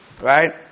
Right